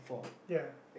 ya